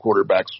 quarterbacks